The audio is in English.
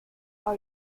are